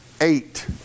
eight